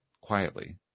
quietly